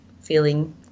feeling